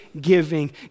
giving